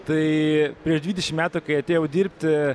tai prieš dvidešim metų kai atėjau dirbti